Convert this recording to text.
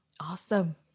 Awesome